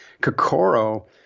Kokoro